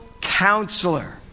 Counselor